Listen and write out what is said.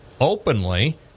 openly